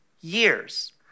years